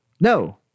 No